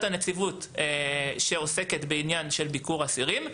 הנציבות שעוסקת בעניין של ביקור אסירים.